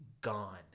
gone